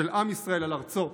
של עם ישראל על ארצו,